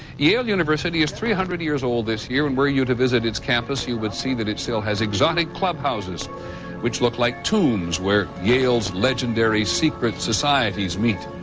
yale university is three hundred years old this year and were you to visit its campus, you would see that it still has exotic clubhouses which look like tombs where yale's legendary secret societies meet.